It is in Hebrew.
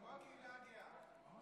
כמו הקהילה הגאה.